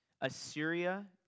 Assyria